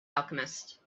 alchemist